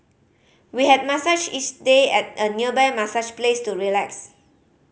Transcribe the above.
we had massages each day at a nearby massage place to relax